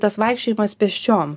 tas vaikščiojimas pėsčiom